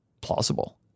plausible